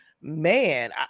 man